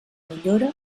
millora